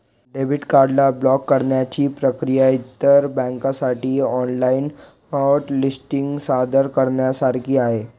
debit card ला block करण्याची प्रक्रिया इतर बँकांसाठी ऑनलाइन हॉट लिस्टिंग सादर करण्यासारखी आहे